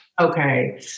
Okay